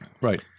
right